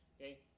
Okay